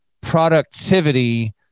productivity